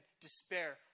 despair